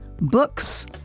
books